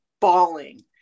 bawling